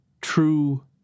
true